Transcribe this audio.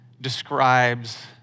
describes